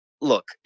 look –